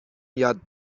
یاد